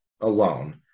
alone